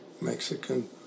Mexican